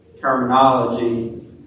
terminology